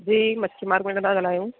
जी मछी मार्केट मां तां ॻाल्हायूं